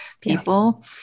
People